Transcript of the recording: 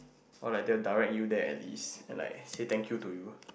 or like they will direct you there at least and like say thank you to you